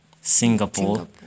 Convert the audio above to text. Singapore